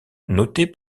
notés